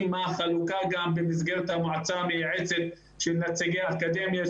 מה החלוקה במסגרת המועצה המייעצת של נציגי אקדמיה,